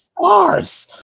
stars